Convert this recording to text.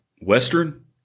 Western